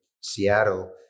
Seattle